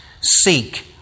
seek